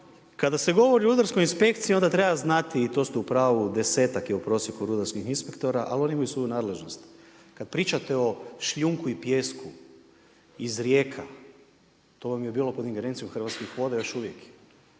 Kada se govori o rudarskoj inspekciji, onda treba znati i to ste u pravu, desetak je u prosjeku rudarskih inspektora ali oni imaju svoju nadležnost. Kad pričate o šljunku i pijesku iz rijeka, to vam je bilo pod ingerencijom Hrvatskih voda i još uvijek je.